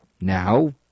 Now